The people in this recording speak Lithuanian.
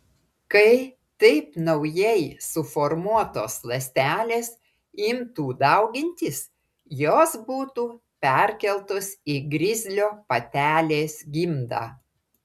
kai taip naujai suformuotos ląstelės imtų daugintis jos būtų perkeltos į grizlio patelės gimdą